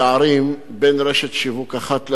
פערים, בין רשת שיווק אחת לשנייה.